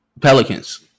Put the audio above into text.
Pelicans